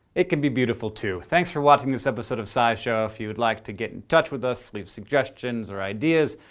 it can be beautiful, too. thanks for watching this episode of scishow. if you'd like to get in touch with us, leave suggestions or ideas,